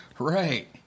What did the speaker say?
Right